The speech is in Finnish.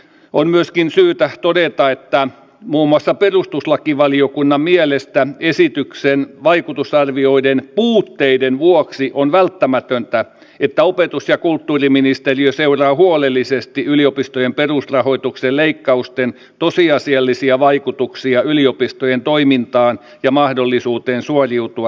on myöskin syytä todeta että muun muassa perustuslakivaliokunnan mielestä esityksen vaikutusarvioiden puutteiden vuoksi on välttämätöntä että opetus ja kulttuuriministeriö seuraa huolellisesti yliopistojen perusrahoituksen leikkausten tosiasiallisia vaikutuksia yliopistojen toimintaan ja mahdollisuuteen suoriutua tehtävistään